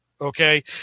Okay